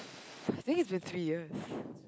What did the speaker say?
this a three years